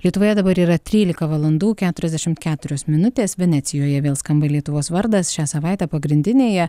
lietuvoje dabar yra trylika valandų keturiasdešim keturios minutės venecijoje vėl skamba lietuvos vardas šią savaitę pagrindinėje